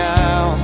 now